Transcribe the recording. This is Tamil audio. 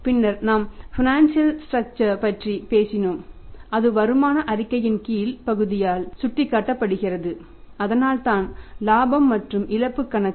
பின்னர் நாம் பைனான்சியல் ஸ்ட்ரக்சர் ஐ பற்றி பேசினோம் இது வருமான அறிக்கையின் கீழ் பகுதியால் சுட்டிக்காட்டப்படுகிறது அதனால்தான் இலாபம் மற்றும் இழப்பு கணக்கு